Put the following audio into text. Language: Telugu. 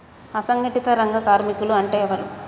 అసంఘటిత రంగ కార్మికులు అంటే ఎవలూ?